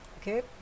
okay